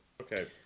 Okay